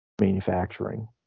manufacturing